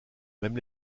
même